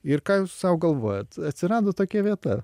ir ką jūs sau galvojat atsirado tokia vieta